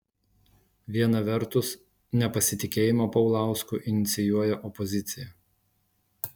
viena vertus nepasitikėjimą paulausku inicijuoja opozicija